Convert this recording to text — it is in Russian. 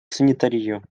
санитарию